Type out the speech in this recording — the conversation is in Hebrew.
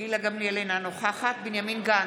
אינה נוכחת בנימין גנץ,